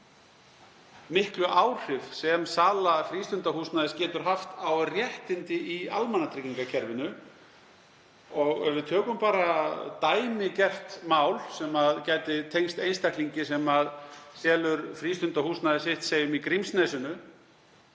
miklu áhrif sem sala frístundahúsnæðis getur haft á réttindi í almannatryggingakerfinu. Ef við tökum bara dæmigert mál sem gæti tengst einstaklingi sem selur frístundahúsnæði sitt í Grímsnesinu,